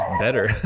better